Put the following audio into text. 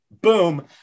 Boom